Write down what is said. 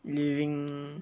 living mm